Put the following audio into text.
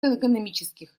экономических